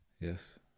yes